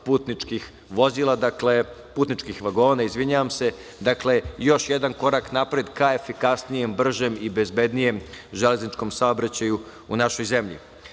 putničkih vozila, putničkih vagona, izvinjavam se. Dakle, još jedan korak napred ka efikasnijem, bržem i bezbednijem železničkom saobraćaju u našoj zemlji. Pred